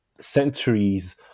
centuries